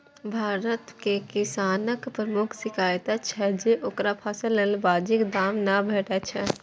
भारत मे किसानक प्रमुख शिकाइत छै जे ओकरा फसलक वाजिब दाम नै भेटै छै